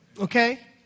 Okay